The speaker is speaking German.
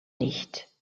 nicht